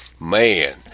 Man